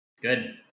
Good